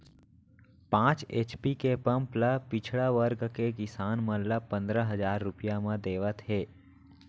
पांच एच.पी के पंप ल पिछड़ा वर्ग के किसान मन ल पंदरा हजार रूपिया म देवत हे